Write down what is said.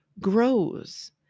grows